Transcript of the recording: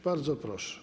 Bardzo proszę.